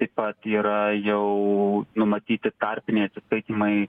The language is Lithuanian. taip pat yra jau numatyti tarpiniai atsiskaitymai